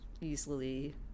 easily